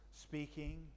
speaking